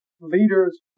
leaders